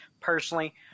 Personally